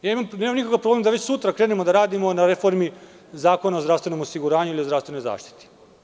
Nemam nikakav problem da već sutra krenemo da radimo na reformi Zakona o zdravstvenom osiguranju ili o zdravstvenoj zaštiti.